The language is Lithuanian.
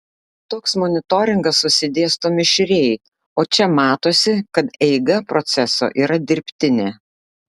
toks monitoringas susidėsto mišriai o čia matosi kad eiga proceso yra dirbtinė